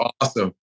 awesome